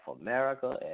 America